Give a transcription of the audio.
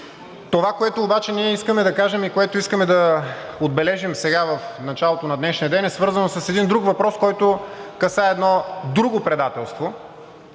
Това, което обаче ние искаме да кажем и което искаме да отбележим сега в началото на днешния ден, е свързано с един друг въпрос, който касае едно друго предателство,